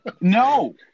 No